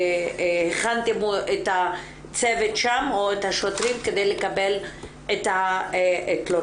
הכנתם את הצוות שם או את השוטרים כדי לקבל את התלונות,